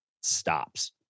stops